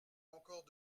encore